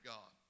God